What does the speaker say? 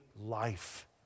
life